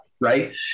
Right